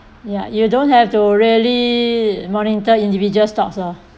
ya you don't have to really monitor individual stocks lor